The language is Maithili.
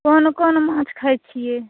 कोन कोन माँछ खाइत छियै